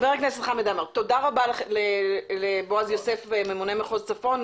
תודה רבה לבועז יוסף, ממונה מחוז צפון.